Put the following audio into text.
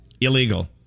Illegal